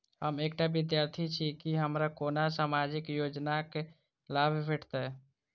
हम एकटा विद्यार्थी छी, की हमरा कोनो सामाजिक योजनाक लाभ भेटतय?